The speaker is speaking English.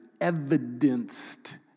evidenced